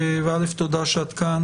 ותודה שאת כאן